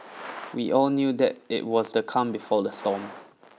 we all knew that it was the calm before the storm